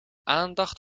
aandacht